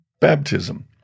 baptism